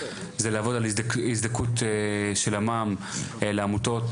זה לעבוד על הזדכות של המע"מ לעמותות,